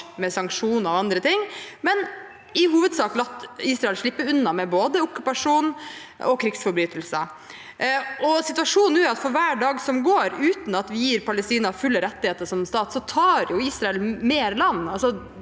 med sanksjoner og andre ting, men der vi i hovedsak har latt Israel slippe unna med både okkupasjon og krigsforbrytelser. Og situasjonen nå er at for hver dag som går uten at vi gir Palestina fulle rettigheter som stat, tar Israel mer land